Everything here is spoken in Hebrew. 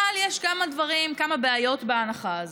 אבל יש כמה דברים, כמה בעיות בהנחה הזאת.